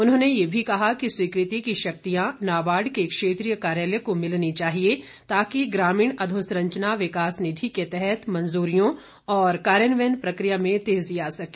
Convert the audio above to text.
उन्होंने ये भी कहा कि स्वीकृति की शक्तियां नाबार्ड के क्षेत्रीय कार्यालय को मिलनी चाहिए ताकि ग्रामीण अधोसंरचना विकास निधि के तहत मंजूरियों और कार्यान्वयन प्रकिया में तेजी आ सके